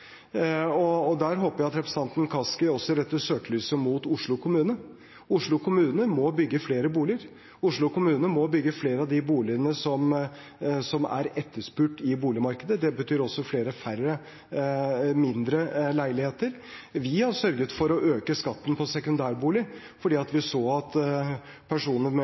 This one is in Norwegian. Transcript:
og der håper jeg at representanten Kaski også retter søkelyset mot Oslo kommune. Oslo kommune må bygge flere boliger. Oslo kommune må bygge flere av de boligene som er etterspurt i boligmarkedet. Det betyr også flere mindre leiligheter. Vi har sørget for å øke skatten på sekundærboliger fordi vi så at personer med